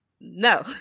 no